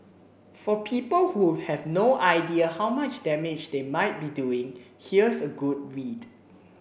for people who have no idea how much damage they might be doing here's a good read